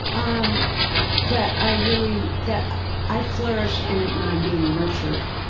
um that i really. that i flourish in it when i'm being nurtured.